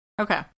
Okay